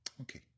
Okay